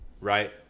right